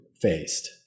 faced